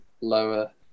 lower